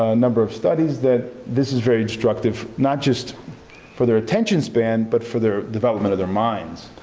ah number of studies that this is very destructive, not just for their attention span, but for the development of their minds.